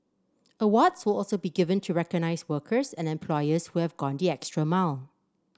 awards will also be given to recognise workers and employers who have gone the extra mile